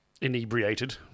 inebriated